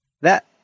That-